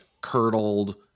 curdled